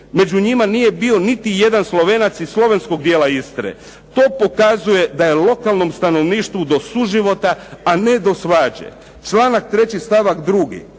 među njima nije bio niti jedan Slovenac iz slovenskog dijela Istre. To pokazuje da je lokalnom stanovništvu do suživota, a ne do svađe. Članak 3. stavak 2.,